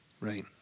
Right